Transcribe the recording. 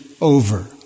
over